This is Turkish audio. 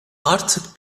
artık